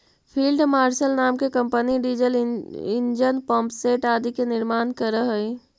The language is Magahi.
फील्ड मार्शल नाम के कम्पनी डीजल ईंजन, पम्पसेट आदि के निर्माण करऽ हई